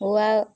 wow